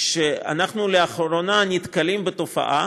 לאחרונה אנחנו נתקלים בתופעה